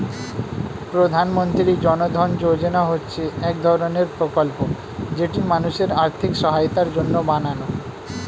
প্রধানমন্ত্রী জন ধন যোজনা হচ্ছে এক ধরণের প্রকল্প যেটি মানুষের আর্থিক সহায়তার জন্য বানানো